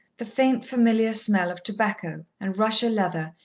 the faint, familiar smell of tobacco, and russia leather,